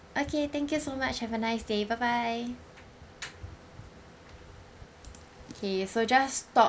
okay thank you so much have a nice day bye bye okay so just stop